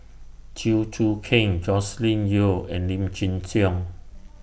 Chew Choo Keng Joscelin Yeo and Lim Chin Siong